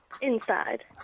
Inside